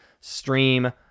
stream